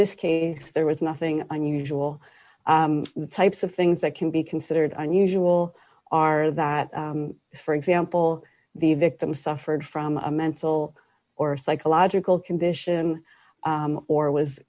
this case there was nothing unusual the types of things that can be considered unusual are that for example the victim suffered from a mental or psychological condition or was